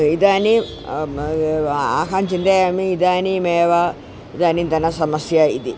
इदानीं अहं चिन्तयामि इदानीमेव इदानीन्तन समस्या इति